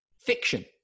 fiction